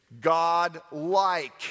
God-like